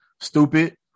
Stupid